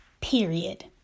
period